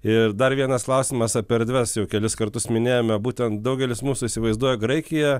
ir dar vienas klausimas apie erdves jau kelis kartus minėjome būtent daugelis mūsų įsivaizduoja graikiją